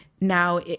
Now